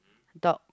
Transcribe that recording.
dog